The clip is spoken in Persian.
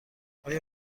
آیا